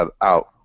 out